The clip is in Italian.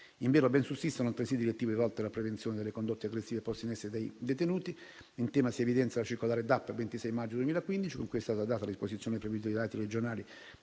Invero, ben sussistono altresì direttive volte alla prevenzione delle condotte aggressive poste in essere dai detenuti. In tema si evidenzia la circolare DAP del 26 maggio 2015, con cui è stata data disposizione ai provveditorati regionali